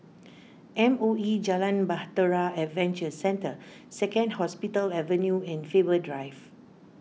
M O E Jalan Bahtera Adventure Centre Second Hospital Avenue and Faber Drive